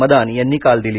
मदान यांनी काल दिली